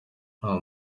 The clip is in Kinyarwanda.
nta